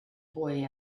boy